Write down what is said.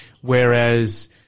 Whereas